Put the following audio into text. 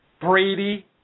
Brady